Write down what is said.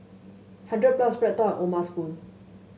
hundred plus BreadTalk and O'ma Spoon